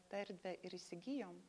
tą erdvę ir įsigijom